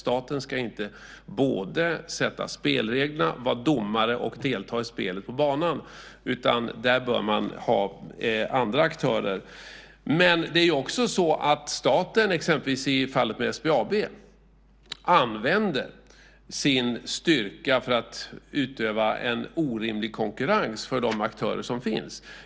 Staten ska inte både sätta spelreglerna, vara domare och delta i spelet på banan, utan där bör man ha andra aktörer. Men i fallet SBAB använder staten sin styrka för att utöva en orimlig konkurrens i förhållande till de aktörer som finns.